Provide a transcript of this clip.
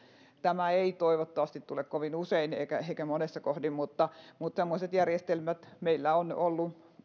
tämä ei toivottavasti tule kovin usein eikä monessa kohdin mutta mutta semmoiset järjestelmät meillä ovat olleet